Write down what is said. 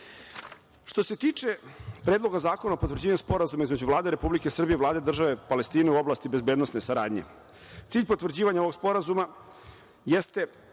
se tiče Predloga zakona o potvrđivanju Sporazuma između Vlade Republike Srbije i Vlade države Palestine u oblasti bezbednosne saradnje. Cilj potvrđivanja ovog sporazuma jeste